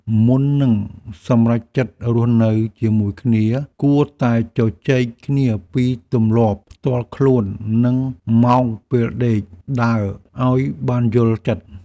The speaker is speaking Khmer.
មុននឹងសម្រេចចិត្តរស់នៅជាមួយគ្នា គួរតែជជែកគ្នាពីទម្លាប់ផ្ទាល់ខ្លួន និងម៉ោងពេលដេកដើរឱ្យបានយល់ចិត្ត។